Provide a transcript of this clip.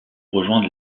rejoindre